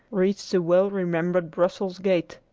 reached the well-remembered brussels gate.